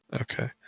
okay